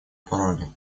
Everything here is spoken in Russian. пороге